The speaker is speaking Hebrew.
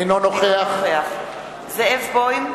אינו נוכח זאב בוים,